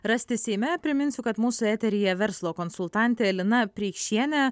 rasti seime priminsiu kad mūsų eteryje verslo konsultantė lina preikšienė